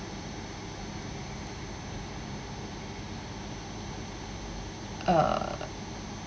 uh